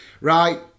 Right